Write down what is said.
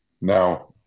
now